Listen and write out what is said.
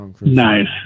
Nice